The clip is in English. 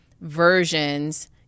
versions